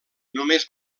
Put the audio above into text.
només